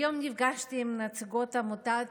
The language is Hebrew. היום נפגשתי עם נציגות עמותת